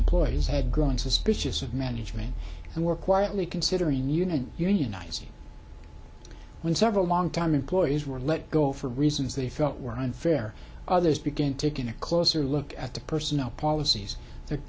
employees had growing suspicious of management and were quietly considering you know unionized when several long time employees were let go for reasons they felt were unfair others begin taking a closer look at the personnel policies that